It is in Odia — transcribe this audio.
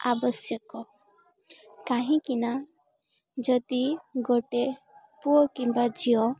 ଆବଶ୍ୟକ କାହିଁକିନା ଯଦି ଗୋଟେ ପୁଅ କିମ୍ବା ଝିଅ